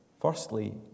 Firstly